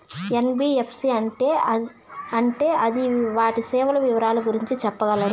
NBFC అంటే అది వాటి సేవలు వివరాలు గురించి సెప్పగలరా?